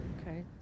Okay